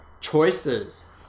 choices